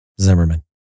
Zimmerman